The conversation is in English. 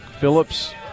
Phillips